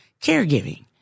caregiving